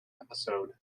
episode